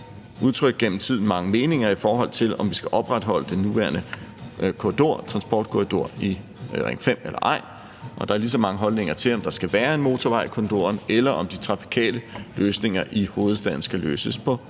udtrykt mange meninger i forhold til, om vi skal opretholde den nuværende transportkorridor i Ring 5 eller ej, og der er lige så mange holdninger til, om der skal være en motorvej i korridoren, eller om de trafikale løsninger i hovedstaden skal løses på